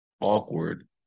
awkward